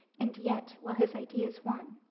and yet, while his ideas won,